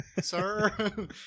Sir